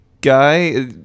guy